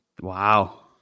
Wow